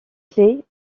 clé